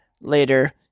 later